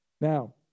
Now